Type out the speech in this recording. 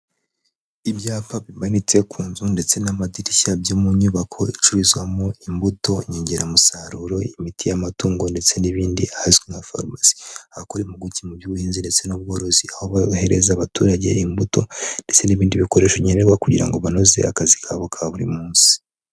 Ibyapa bimanitse ku nzu ndetse n'amadirishya, byo mu nyubako icururizwamo imbuto nyongeramusaruro, imiti y'amatungo ndetse n'ibindi, ahazwi nka farumasi, ahakora impuguke mu by'ubuhinzi ndetse n'ubworozi, aho bahereza abaturage imbuto ndetse n'ibindi bikoresho nkenerwa, kugira ngo banoze akazi kabo ka buri munsi.